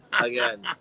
Again